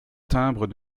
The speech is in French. timbres